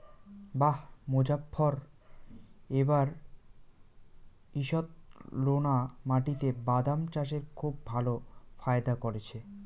বাঃ মোজফ্ফর এবার ঈষৎলোনা মাটিতে বাদাম চাষে খুব ভালো ফায়দা করেছে